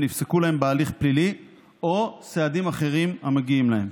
שנפסקו להם בהליך פלילי או סעדים אחרים המגיעים להם.